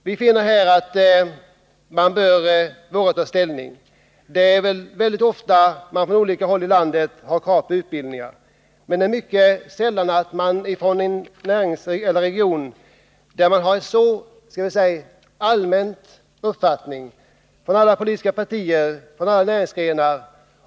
Reservanterna anser att riksdagen här borde våga ta ställning. Man framför ofta från olika håll i landet krav på utbildning, men det är mycket sällan som man i en region har en så samfälld uppfattning som här — inom alla politiska partier och inom alla näringsgrenar.